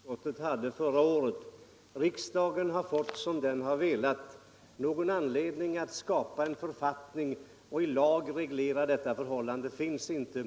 Herr talman! Socialstyrelsen har följt det förslag som utskottet hade förra året. Riksdagen har fått som den har velat. Någon anledning att skapa en författning och i lag reglera detta förhållande finns inte.